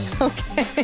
Okay